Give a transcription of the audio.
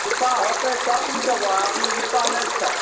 रुपैआ होतय तब ने देबौ अभी रुपैआ नहि छै